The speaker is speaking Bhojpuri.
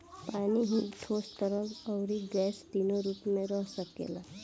पानी ही ठोस, तरल, अउरी गैस तीनो रूप में रह सकेला